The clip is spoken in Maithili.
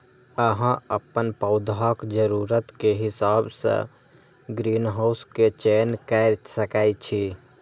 अहां अपन पौधाक जरूरत के हिसाब सं ग्रीनहाउस के चयन कैर सकै छी